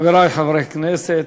חברי חברי הכנסת,